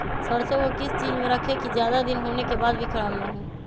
सरसो को किस चीज में रखे की ज्यादा दिन होने के बाद भी ख़राब ना हो?